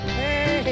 hey